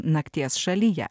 nakties šalyje